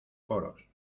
poros